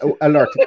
alert